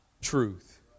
truth